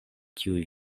tiuj